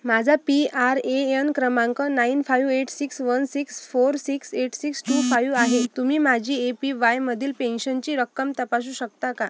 माझा P R A N क्रमांक nine five eight six one six four six eight six two five आहे तुम्ही माझी A P वायमधील पेन्शनची रक्कम तपासू शकता का